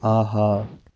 آہا